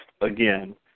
Again